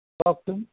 কওকচোন